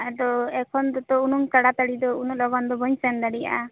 ᱟᱫᱚ ᱮᱠᱷᱚᱱ ᱫᱚᱛᱚ ᱩᱱᱟᱹᱜ ᱛᱟᱲᱟᱛᱟᱲᱤ ᱫᱚ ᱩᱱᱟᱹᱜ ᱞᱚᱜᱚᱱ ᱫᱚ ᱵᱟᱹᱧ ᱥᱮᱱ ᱫᱟᱲᱮᱭᱟᱜᱼᱟ